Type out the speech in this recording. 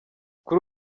kuri